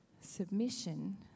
submission